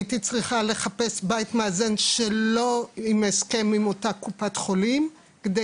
הייתי צריכה לחפש בית מאזן שלא עם הסכם עם אותה קופת חולים כדי